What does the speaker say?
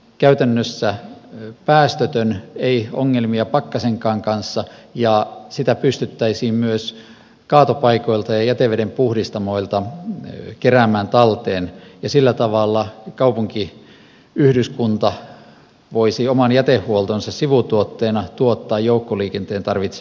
käytännössä päästötön ei ongelmia pakkasenkaan kanssa ja sitä pystyttäisiin myös kaatopaikoilta ja jätevedenpuhdistamoilta keräämään talteen ja sillä tavalla kaupunkiyhdyskunta voisi oman jätehuoltonsa sivutuotteena tuottaa joukkoliikenteen tarvitseman voimanlähteen